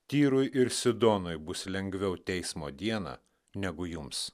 tyrui ir sidonui bus lengviau teismo dieną negu jums